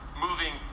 moving